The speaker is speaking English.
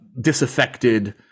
disaffected